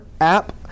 app